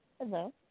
Hello